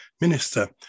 minister